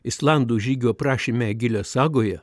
islandų žygio aprašyme egilio sagoje